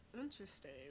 Interesting